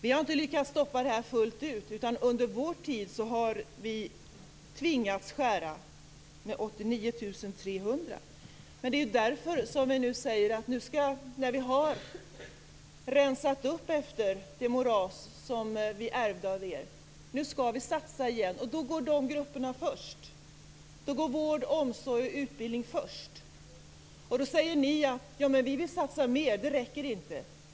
Vi har inte lyckats stoppa detta fullt ut, utan under vår tid har vi tvingats skära ned med 89 800 jobb. Det är därför som vi nu säger att när vi har rensat upp efter det moras som vi ärvde av er skall vi satsa igen. Då går de här grupperna först, och då går vård, omsorg och utbildning först. Då säger ni att det inte räcker och att ni vill satsa mer.